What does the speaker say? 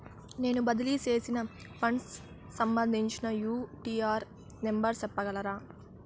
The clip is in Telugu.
నేను బదిలీ సేసిన ఫండ్స్ సంబంధించిన యూ.టీ.ఆర్ నెంబర్ సెప్పగలరా